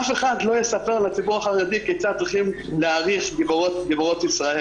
אף אחד לא יספר לציבור החרדי כיצד צריכים להעריך את גיבורות ישראל.